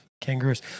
kangaroos